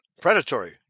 Predatory